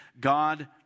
God